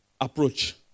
approach